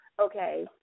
Okay